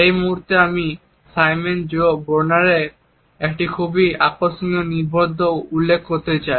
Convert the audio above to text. এই মুহুর্তে আমি সাইমন জে ব্রোনারের একটি খুব আকর্ষণীয় নিবন্ধ উল্লেখ করতে চাই